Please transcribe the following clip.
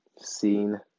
seen